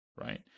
right